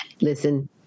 Listen